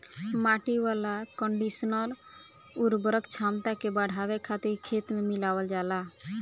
माटी वाला कंडीशनर उर्वरक क्षमता के बढ़ावे खातिर खेत में मिलावल जाला